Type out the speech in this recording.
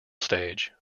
stage